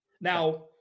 now